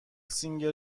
سینگر